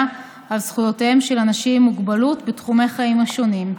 על זכויותיהם של אנשים עם מוגבלות בתחומי החיים השונים.